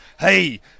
Hey